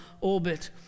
orbit